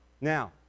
Now